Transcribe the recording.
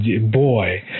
Boy